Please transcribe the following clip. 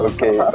Okay